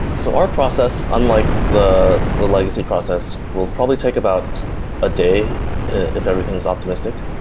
so our process, unlike the legacy process, will probably take about a day if everything is optimistic.